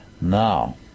Now